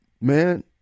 Man